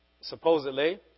supposedly